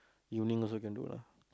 evening also can do lah